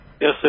Yes